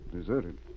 Deserted